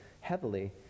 heavily